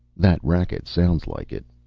that racket sounds like it.